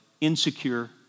insecure